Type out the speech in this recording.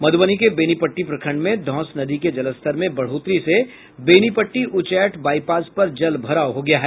मधुबनी के बेनीपट्टी प्रखंड में धौंस नदी के जलस्तर में बढ़ोतरी से बेनीपट्टी उचैठ बाईपास पर जल भराव हो गया है